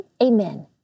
amen